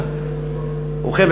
ובכן,